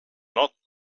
not